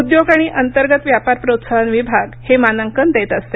उद्योग आणि अंतर्गत व्यापार प्रोत्साहन विभाग हे मानांकन देत असते